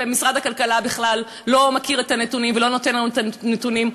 ומשרד הכלכלה בכלל לא מכיר את הנתונים ולא נותן לנו את הנתונים.